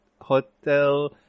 hotel